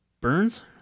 Burns